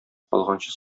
калганчы